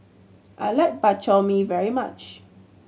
I like Bak Chor Mee very much